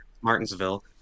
martinsville